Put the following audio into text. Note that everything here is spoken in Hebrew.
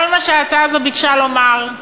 כל מה שההצעה הזו ביקשה לומר,